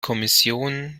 kommission